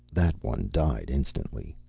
that one died instantly.